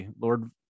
Lord